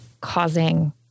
causing